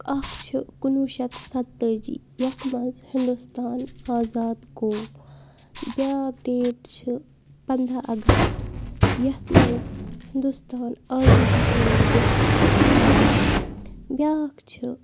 اَکھ چھِ کُنوُہ شیٚتھ سَتہٕ تٲجی یَتھ منٛز ہِندُستان آزاد گوٚو بیٛاکھ ڈیٹ چھِ پنٛداہ اَگست یَتھ منٛز ہِندوستان آزٲدی ہُنٛد دۄہ چھِ مَناوان بیٛاکھ چھِ